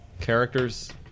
Characters